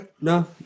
no